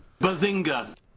Bazinga